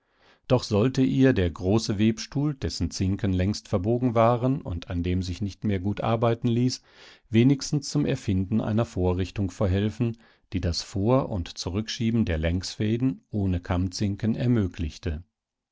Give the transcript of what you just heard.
doch sollte ihr der große webstuhl dessen zinken längst verbogen waren und an dem sich nicht mehr gut arbeiten ließ wenigstens zum erfinden einer vorrichtung verhelfen die das vor und zurückschieben der längsfäden ohne kammzinken ermöglichte